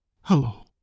Hello